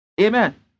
Amen